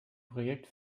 projekt